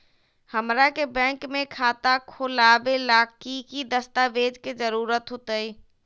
हमरा के बैंक में खाता खोलबाबे ला की की दस्तावेज के जरूरत होतई?